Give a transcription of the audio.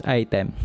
item